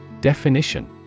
Definition